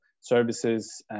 services